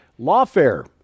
lawfare